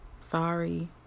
Sorry